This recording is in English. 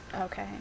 Okay